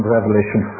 Revelation